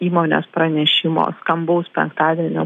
įmonės pranešimo skambaus penktadienio